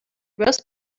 roast